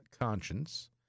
conscience—